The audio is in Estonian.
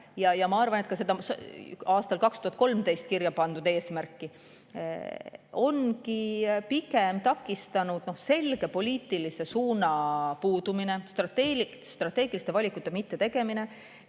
Ja ma arvan, et ka seda aastal 2013 kirjapandud eesmärki ongi takistanud pigem selge poliitilise suuna puudumine, strateegiliste valikute mittetegemine